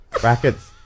Brackets